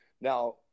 now